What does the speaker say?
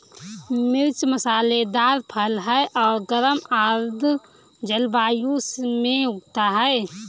मिर्च मसालेदार फल है और गर्म आर्द्र जलवायु में उगता है